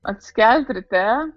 atsikelti ryte